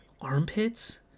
armpits